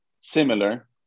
similar